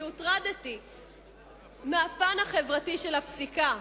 כי הוטרדתי מהפן החברתי של הפסיקה,